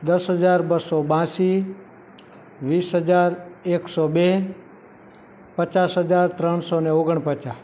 દસ હજાર બસો બ્યાશી વીસ હજાર એકસો બે પચાસ હજાર ત્રણસોને ઓગણપચાસ